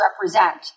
represent